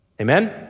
amen